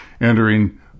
entering